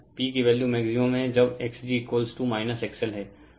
P की value maximum है जब xg XL हैं